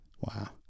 Wow